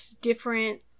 different